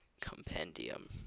Compendium